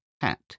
hat